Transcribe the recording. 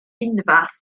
unfath